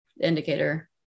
Indicator